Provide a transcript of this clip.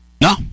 No